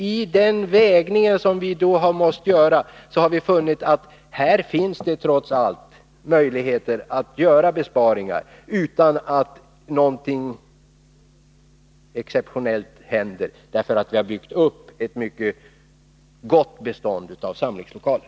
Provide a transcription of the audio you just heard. I den avvägning som vi har måst göra har vi funnit att det här trots allt finns möjligheter att göra besparingar utan att någonting exceptionellt händer. Vi har nämligen byggt upp ett mycket gott bestånd av samlingslokaler.